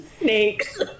snakes